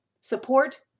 support